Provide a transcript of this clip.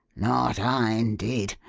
not i, indeed.